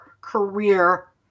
career